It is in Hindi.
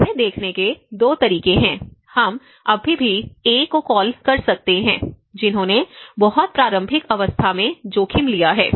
इसे देखने के 2 तरीके हैं हम अभी भी 'ए' को कॉल कर सकते हैं जिन्होंने बहुत प्रारंभिक अवस्था में जोखिम लिया है